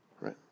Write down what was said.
right